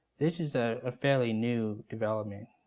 this is a ah fairly new development.